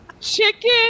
chicken